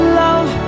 love